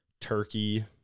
turkey